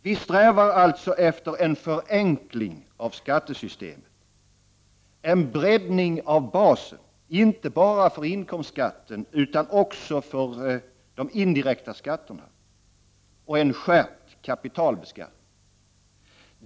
Vi strävar alltså efter en förenkling av skattesystemet, en breddning av basen, inte bara för inkomstskatten utan också för de indirekta skatterna, och en skärpt kapitalbeskattning.